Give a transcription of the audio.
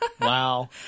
Wow